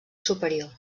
superior